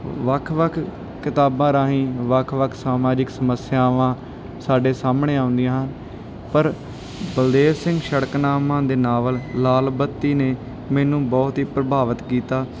ਵੱਖ ਵੱਖ ਕਿਤਾਬਾਂ ਰਾਹੀਂ ਵੱਖ ਵੱਖ ਸਮਾਜਿਕ ਸਮੱਸਿਆਵਾਂ ਸਾਡੇ ਸਾਹਮਣੇ ਆਉਂਦੀਆਂ ਹਨ ਪਰ ਬਲਦੇਵ ਸਿੰਘ ਸੜਕਨਾਮਾ ਦੇ ਨਾਵਲ ਲਾਲ ਬੱਤੀ ਨੇ ਮੈਨੂੰ ਬਹੁਤ ਹੀ ਪ੍ਰਭਾਵਿਤ ਕੀਤਾ